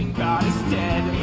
god is dead